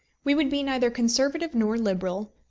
we would be neither conservative nor liberal,